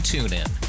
TuneIn